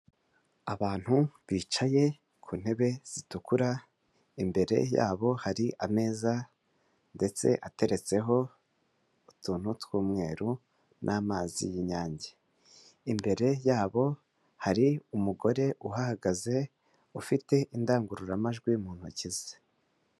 Abantu bicaye ku ntebe zitukura imbere yabo hari ameza ndetse ateretseho utuntu tw'umweru n'amazi y'inyange imbere yabo hari umugore uhahagaze ufite indangururamajwi mu ntoki ze.